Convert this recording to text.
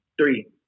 three